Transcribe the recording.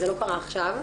זה לא קרה עכשיו,